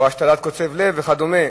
או השתלת קוצב לב וכדומה.